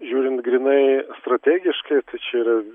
žiūrint grynai strategiškai tai čia yra